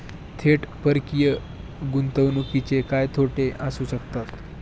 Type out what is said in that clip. थेट परकीय गुंतवणुकीचे काय तोटे असू शकतात?